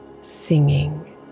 singing